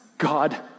God